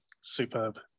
superb